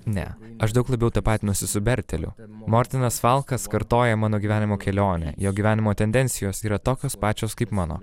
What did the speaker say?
ne aš daug labiau tapatinosi su berteliu mortinas falkas kartoja mano gyvenimo kelionę jo gyvenimo tendencijos yra tokios pačios kaip mano